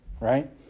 Right